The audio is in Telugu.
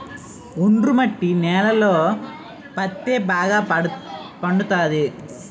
ఒండ్రు మట్టి నేలలలో పత్తే బాగా పండుతది